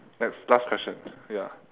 next last question ya